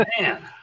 Man